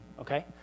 okay